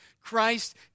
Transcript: Christ